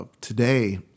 today